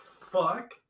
fuck